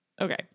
Okay